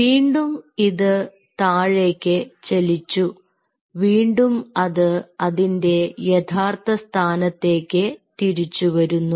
വീണ്ടും ഇത് താഴേക്ക് ചലിച്ചു വീണ്ടും അത് അതിൻറെ യഥാർത്ഥ സ്ഥാനത്തേക്ക് തിരിച്ചു വരുന്നു